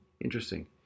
interesting